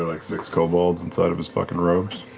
like six kobolds inside of his fucking robes?